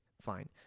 Fine